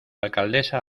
alcaldesa